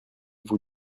vous